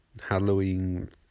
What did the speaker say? Halloween